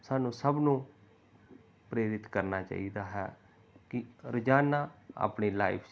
ਸਾਨੂੰ ਸਭ ਨੂੰ ਪ੍ਰੇਰਿਤ ਕਰਨਾ ਚਾਹੀਦਾ ਹੈ ਕਿ ਰੋਜ਼ਾਨਾ ਆਪਣੀ ਲਾਈਫ